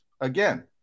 Again